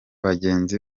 bagenzi